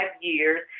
years